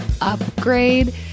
upgrade